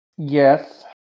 Yes